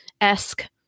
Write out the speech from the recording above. esque